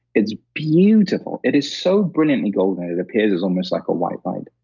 it's beautiful. it is so brilliant golden, it appears as almost like a white light.